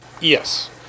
Yes